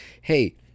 Hey